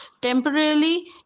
temporarily